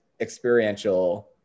experiential